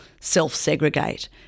self-segregate